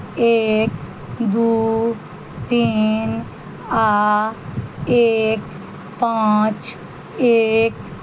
एक दू तीन आ एक पाँच एक